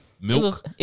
milk